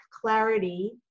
clarity